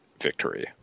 victory